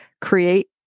create